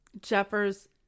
Jeffers